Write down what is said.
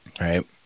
right